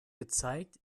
gezeigt